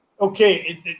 okay